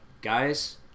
guys